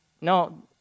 No